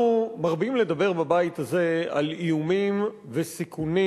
אנחנו מרבים לדבר בבית הזה על איומים וסיכונים